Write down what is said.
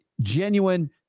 genuine